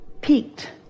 peaked